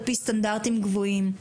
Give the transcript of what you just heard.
על פי סטנדרטים גבוהים.